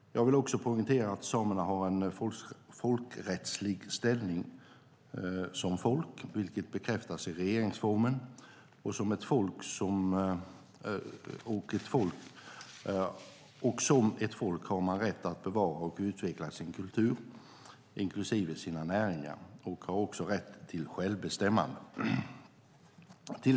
Jag vill också poängtera att samerna har en folkrättslig ställning som folk, vilket bekräftas i regeringsformen, och som ett folk har man rätt att bevara och utveckla sin kultur, inklusive sina näringar, och har också rätt till självbestämmande.